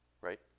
right